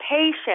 patient